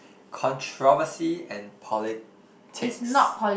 controversy and politics